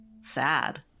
sad